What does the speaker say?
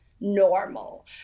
Normal